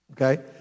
okay